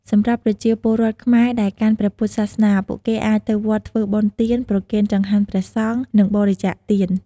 សម្រាប់ប្រជាពលរដ្ឋខ្មែរដែលកាន់ព្រះពុទ្ធសាសនា ពួកគេអាចទៅវត្តធ្វើបុណ្យទាន ប្រគេនចង្ហាន់ព្រះសង្ឃ និងបរិច្ចាគទាន។